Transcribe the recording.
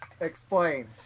Explain